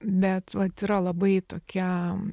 bet vat yra labai tokia